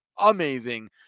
amazing